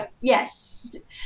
Yes